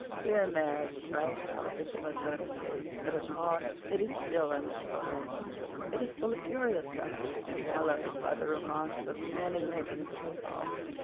here and there it sprouts out into modernity, but at heart it is still unspoiled it is full of curious relics, and haloed by the romance of many legends of the past.